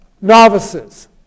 novices